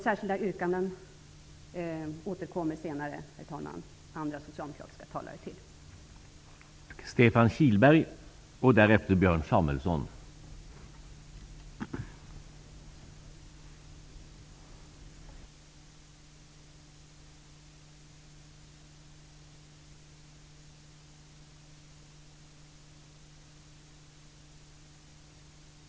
De särskilda yrkandena återkommer andra socialdemokratiska talare senare till.